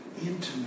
intimate